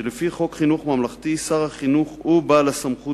שלפי חוק חינוך מממלכתי שר החינוך הוא בעל הסמכות